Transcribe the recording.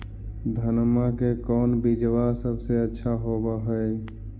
धनमा के कौन बिजबा सबसे अच्छा होव है?